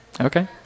Okay